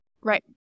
Right